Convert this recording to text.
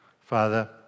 Father